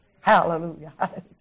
Hallelujah